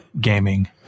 gaming